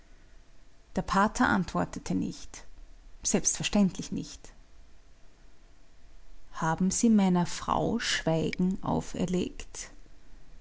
der pater antwortete nicht selbstverständlich nicht haben sie meiner frau schweigen auferlegt